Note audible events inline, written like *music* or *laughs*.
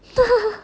*laughs*